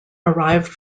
arrived